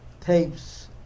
tapes